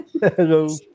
Hello